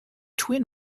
twin